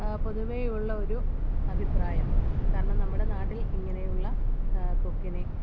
പൊതുവേയുള്ള ഒരു അഭിപ്രായം കാരണം നമ്മുടെ നാട്ടിൽ ഇങ്ങനെയുള്ള കൊക്കിനെ